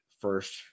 first